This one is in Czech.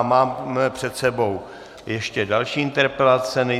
Mám před sebou ještě další interpelace.